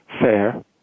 fair